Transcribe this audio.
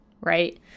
right